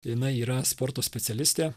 jinai yra sporto specialistė